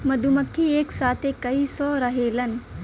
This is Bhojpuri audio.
मधुमक्खी एक साथे कई सौ रहेलन